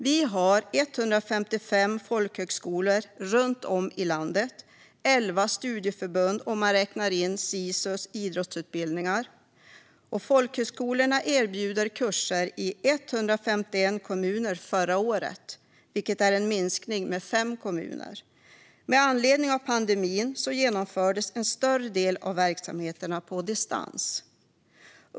Vi har 155 folkhögskolor runt om i landet och elva studieförbund om man räknar in Sisu Idrottsutbildarna. Folkhögskolorna erbjöd förra året kurser i 151 kommuner, vilket är en minskning med fem kommuner. Med anledning av pandemin genomfördes en större del av verksamheten på distans.